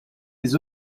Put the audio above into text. les